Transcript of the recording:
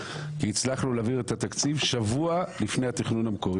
כי הצלחנו להעביר את התקציב שבוע לפני התכנון המקורי.